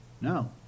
No